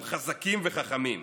הם חזקים וחכמים,